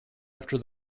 after